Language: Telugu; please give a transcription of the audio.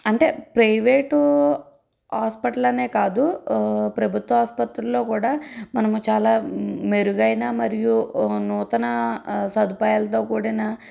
అంటే ప్రైవేటు హాస్పిటల్ అనే కాదు ప్రభుత్వ ఆసుపత్రిలో కూడా మనం చాలా మెరుగైన మరియు నూతన సదుపాయాలతో కూడిన